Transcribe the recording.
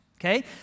okay